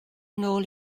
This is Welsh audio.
nôl